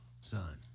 son